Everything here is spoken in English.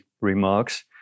remarks